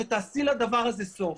ותעשי לדבר הזה סוף.